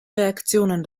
reaktionen